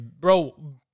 Bro